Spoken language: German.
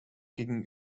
gegen